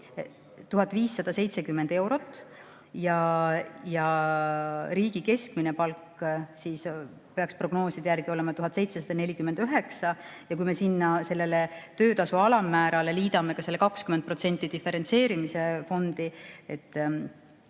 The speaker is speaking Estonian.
1570 eurot. Riigi keskmine palk peaks prognooside järgi olema 1749 ja kui me sellele töötasu alammäärale liidame 20% diferentseerimise fondi,